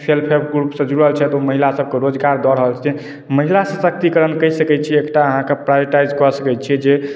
self help ग्रुपसँ जुड़ल छथि ओ महिलासभके रोजगार दऽ रहल छथिन महिला सशक्तिकरण कहि सकैत छियै एकटा अहाँके प्रायोर्टाइज कऽ सकैत छियै जे